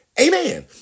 Amen